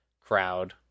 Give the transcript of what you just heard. crowd